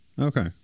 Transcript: okay